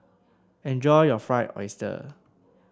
enjoy your Fried Oyster